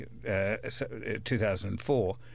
2004